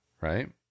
Right